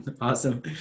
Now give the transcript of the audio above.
Awesome